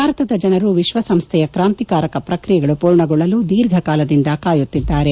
ಭಾರತದ ಜನರು ವಿಶ್ವಸಂಸ್ಥೆಯ ಕಾಂತಿಕಾರಕ ಪ್ರಕ್ರಿಯೆಗಳು ಪೂರ್ಣಗೊಳ್ಳಲು ದೀರ್ಘಕಾಲದಿಂದ ಕಾಯುತ್ತಿದ್ದಾರೆ